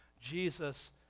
Jesus